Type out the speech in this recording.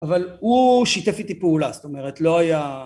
אבל הוא שיתף איתי פעולה, זאת אומרת, לא היה...